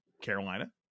Carolina